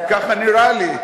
ככה נראה לי.